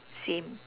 same